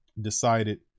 decided